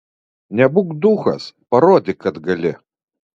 nebūk duchas parodyk kad gali